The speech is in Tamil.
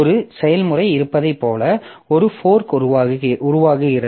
ஒரு செயல்முறை இருப்பதைப் போல ஒரு ஃபோர்க் உருவாக்குகிறது